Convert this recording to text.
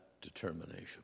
determination